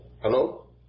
Hello